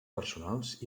personals